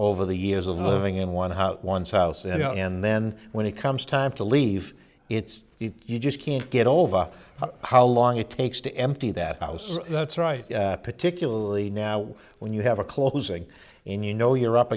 over the years of living in one house once house and know and then when it comes time to leave it's the you just can't get over how long it takes to empty that house that's right particularly now when you have a closing in you know you're up